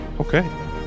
Okay